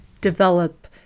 develop